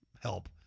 help